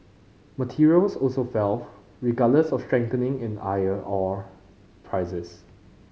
materials also fell regardless of a strengthening in iron ore prices